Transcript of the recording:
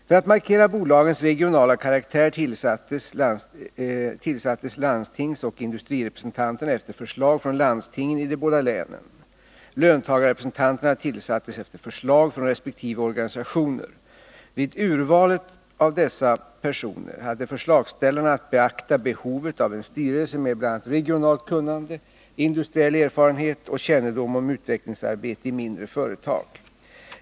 För att markera bolagens regionala karaktär tillsattes landstingsoch industrirepresentanterna efter förslag från landstingen i de båda länen. Löntagarrepresentanterna tillsattes efter förslag från resp. organisationer. Vid urvalet av dessa personer hade förslagsställarna att beakta behovet av en styrelse med bl.a. regionalt kunnande, industriell erfarenhet och kännedom om utvecklingsarbete i mindre företag.